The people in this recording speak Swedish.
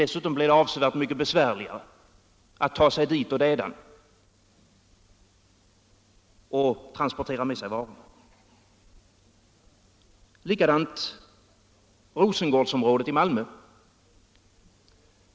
Dessutom blev det avsevärt besvärligare att ta sig dit och dädan och att transportera varorna med sig. Likadant var det i Rosengårdsområdet i Malmö.